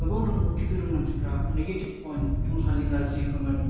गोबां रोंगौथि गोरों मानसिफोरा नेगेटिभ पयन्ट संसारनि गाज्रि खामानि